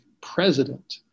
president